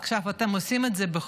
עכשיו אתם עושים את זה בחוק.